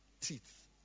teeth